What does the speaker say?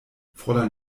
fräulein